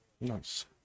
Nice